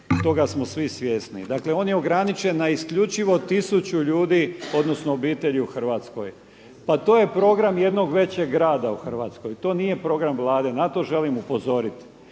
toga smo svi svjesni. Dakle, on je ograničen na isključivo 1000 ljudi odnosno obitelji u Hrvatskoj. Pa to je program jednog većeg grada u Hrvatskoj, to nije program Vlade, na to želim upozorit.